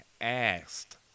asked